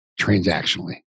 transactionally